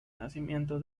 nacimiento